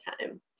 time